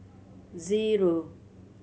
zero